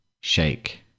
shake